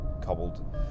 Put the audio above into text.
cobbled